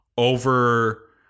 over